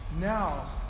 Now